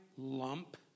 Lump